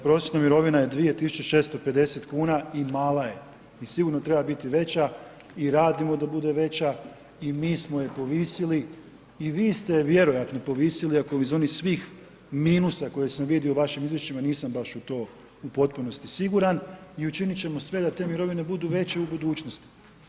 Prosječna mirovina je 2650 kuna i mala je i sigurno treba biti veća i radimo da bude veća i mi smo je povisili i vi ste je vjerojatno povisili, ako iz onih svih minusa koje sam vidio u vašim izvješćima, nisam baš u to u potpunosti siguran i učinit ćemo sve da te mirovine budu veće u budućnosti.